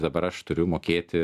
dabar aš turiu mokėti